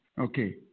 Okay